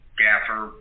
gaffer